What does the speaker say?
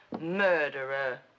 murderer